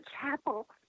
chapel